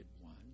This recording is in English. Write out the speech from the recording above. one